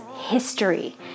history